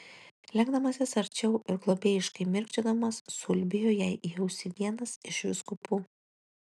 lenkdamasis arčiau ir globėjiškai mirkčiodamas suulbėjo jai į ausį vienas iš vyskupų